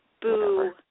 boo